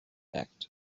act